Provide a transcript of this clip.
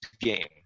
game